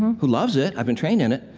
who loves it. i've been trained in it.